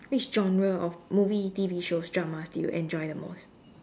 which genre of movie T_V shows dramas do you enjoy the most